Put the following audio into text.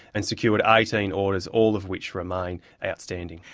and secured eighteen orders, all of which remain outstanding.